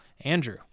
andrew